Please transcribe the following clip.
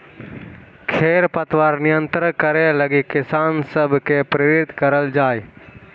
खेर पतवार नियंत्रण करे लगी किसान सब के प्रेरित करल जाए